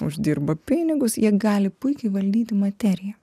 uždirba pinigus jie gali puikiai valdyti materiją